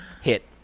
Hit